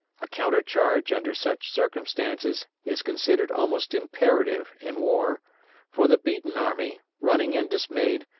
a counter-charge under such circumstances is considered almost imperative in war for the beaten army, running and dismayed,